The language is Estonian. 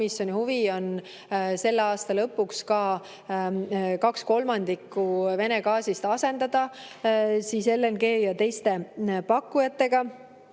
Komisjoni huvi on selle aasta lõpuks kaks kolmandikku Vene gaasist asendada LNG-ga ja teiste pakkujate